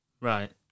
Right